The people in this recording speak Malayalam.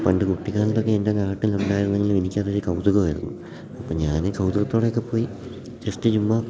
പണ്ട് കുട്ടിക്കാലത്തൊക്കെ എൻ്റെ നാട്ടിലുണ്ടായിരുന്നെങ്കിലും എനിക്കത് കൗതുകമായിരുന്നു അപ്പോൾ ഞാൻ കൗതുകത്തോടെയൊക്കെ പോയി ജസ്റ്റ് ചുമ്മാ